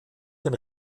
den